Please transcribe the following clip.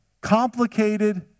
complicated